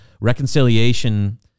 reconciliation